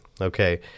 okay